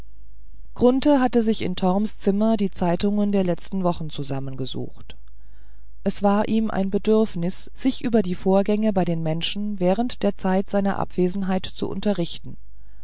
hatte sich in torms zimmer die zeitungen der letzten wochen zusammengesucht es war ihm ein bedürfnis sich über die vorgänge bei den menschen während der zeit seiner abwesenheit zu unterrichten